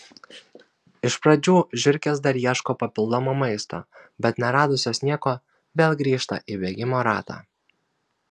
iš pradžių žiurkės dar ieško papildomo maisto bet neradusios nieko vėl grįžta į bėgimo ratą